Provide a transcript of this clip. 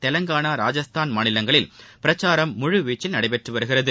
தெலங்கானா ராஜஸ்தான் மாநிலங்களில் பிரச்சாரம் முழுவீச்சில் நடைபெற்று வருகிறது